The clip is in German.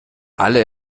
alle